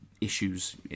issues